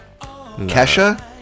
Kesha